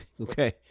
Okay